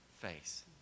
face